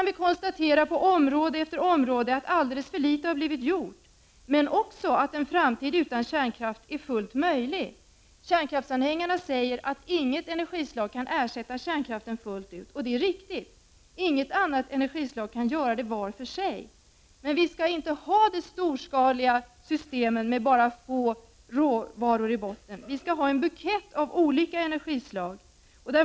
Vi kan på område efter område konstatera att alldeles för litet har blivit gjort, men också att en framtid utan kärnkraft är fullt möjlig. Kärnkraftsanhängarna säger att inget energislag kan ersätta kärnkraften fullt ut. Det är riktigt. Inget annat energislag kan göra det var för sig, men vi skall inte ha de storskaliga systemen med få råvaror i botten. Vi skall ha en bukett av olika energislag.